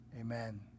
amen